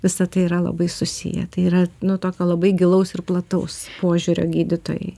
visa tai yra labai susiję tai yra nu tokio labai gilaus ir plataus požiūrio gydytojai